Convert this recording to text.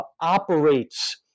operates